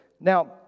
Now